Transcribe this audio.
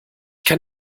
kann